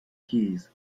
keys